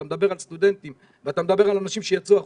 אתה מדבר על סטודנטים ואתה מדבר על אנשים שיצאו החוצה,